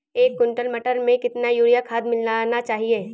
एक कुंटल मटर में कितना यूरिया खाद मिलाना चाहिए?